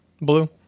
Blue